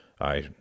I